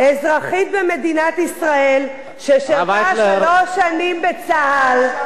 הרב אייכלר, היא קוראת משתמטים, היא חצופה.